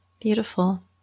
Beautiful